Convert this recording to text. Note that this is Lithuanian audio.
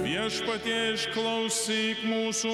viešpatie išklausyk mūsų